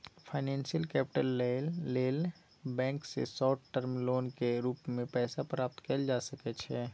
financial capital लइ लेल bank सँ शार्ट टर्म लोनक रूप मे पैसा प्राप्त कएल जा सकइ छै